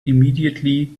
immediately